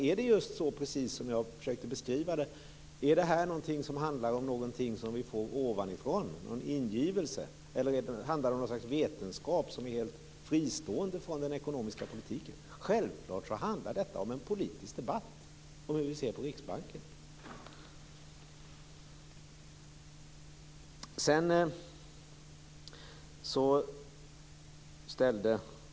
Är det som jag försökte att beskriva det, att detta är någonting som vi får ovanifrån, en ingivelse, eller handlar det om något slags vetenskap som är helt fristående från den ekonomiska politiken? Självfallet handlar det om en politisk debatt när det gäller hur vi ser på Riksbanken.